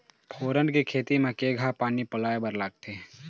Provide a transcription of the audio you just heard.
फोरन के खेती म केघा पानी पलोए बर लागथे?